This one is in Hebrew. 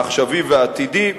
העכשווי והעתידי,